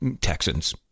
Texans